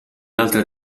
altre